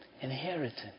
inheritance